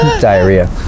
Diarrhea